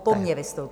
Po mně vystoupí.